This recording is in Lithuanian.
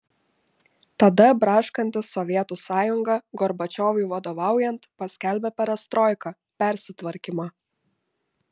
tada braškanti sovietų sąjunga gorbačiovui vadovaujant paskelbė perestroiką persitvarkymą